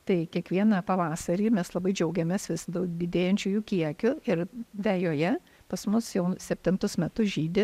tai kiekvieną pavasarį mes labai džiaugiamės vis didėjančiu jų kiekiu ir vejoje pas mus jau septintus metus žydi